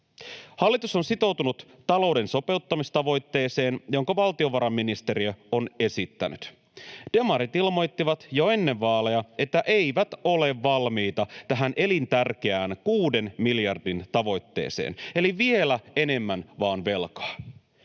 Hallitus on sitoutunut talouden sopeuttamistavoitteeseen, jonka valtiovarainministeriö on esittänyt. Demarit ilmoittivat jo ennen vaaleja, että eivät ole valmiita tähän elintärkeään 6 miljardin tavoitteeseen — eli vielä enemmän vaan velkaa.